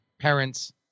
parents